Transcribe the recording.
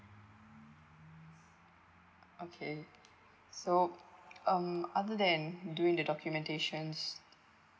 okay so um other than doing the documentations